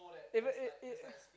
even e~ e~